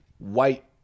white